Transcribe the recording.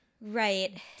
Right